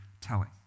telling